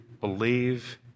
believe